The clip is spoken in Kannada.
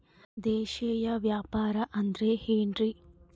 ದೇಶೇಯ ವ್ಯಾಪಾರ ಅಂದ್ರೆ ಏನ್ರಿ?